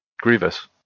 Grievous